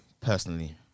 Personally